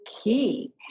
key